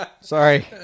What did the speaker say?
Sorry